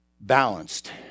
balanced